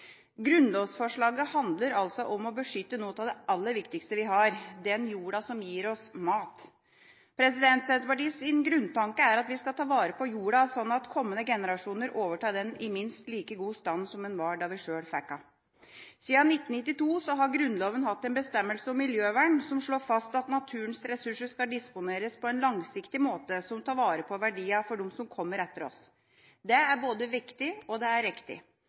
Grunnlovsforslaget handler altså om å beskytte noe av det aller viktigste vi har: Den jorda som gir oss mat. Senterpartiets grunntanke er at vi skal ta vare på jorden slik at kommende generasjoner overtar den i minst like god stand som den var da vi sjøl fikk den. Siden 1992 har Grunnloven hatt en bestemmelse om miljøvern som slår fast at naturens ressurser skal disponeres på en langsiktig måte som tar vare på verdiene for dem som kommer etter oss. Det er både viktig og riktig. Vi som står bak dette grunnlovsforslaget, mener at det er